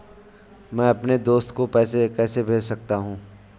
मैं अपने दोस्त को पैसे कैसे भेज सकता हूँ?